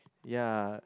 ya